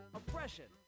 oppression